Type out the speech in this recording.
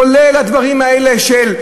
כולל הדברים האלה של: